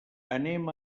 anem